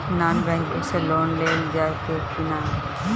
Non banking से loan लेल जा ले कि ना?